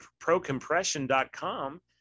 procompression.com